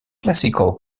classical